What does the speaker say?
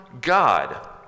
God